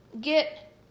get